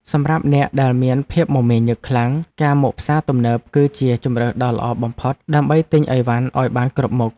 សម្រាប់អ្នកដែលមានភាពមមាញឹកខ្លាំងការមកផ្សារទំនើបគឺជាជម្រើសដ៏ល្អបំផុតដើម្បីទិញអីវ៉ាន់ឱ្យបានគ្រប់មុខ។